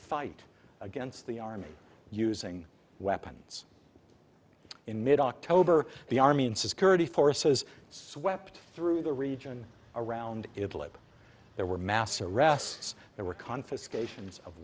fight against the army using weapons in mid october the army and security forces swept through the region around it there were mass arrests there were confiscat